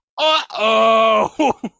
Uh-oh